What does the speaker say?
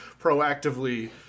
proactively